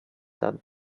that